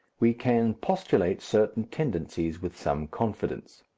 we can postulate certain tendencies with some confidence.